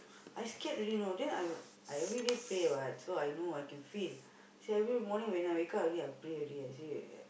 I scared already you know then I would I everyday pray what so I know I can feel so every morning when I wake up I pray already I say